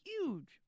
huge